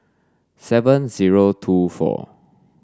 seven zero two four